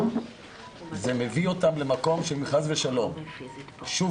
זה מביא אותם למקום שאם חס ושלום שוב